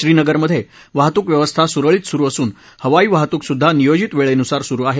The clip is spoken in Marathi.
श्रीनगरमधे वाहतुक व्यवस्था सुरळीत सुरु असून हवाई वाहतूक सुद्धा नियोजित वेळेनुसार सुरु आहे